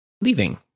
leaving